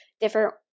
different